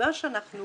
הסיבה שאנחנו